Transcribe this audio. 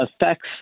affects